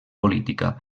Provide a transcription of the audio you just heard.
política